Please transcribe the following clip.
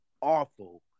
awful